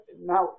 now